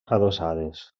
adossades